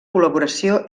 col·laboració